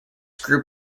group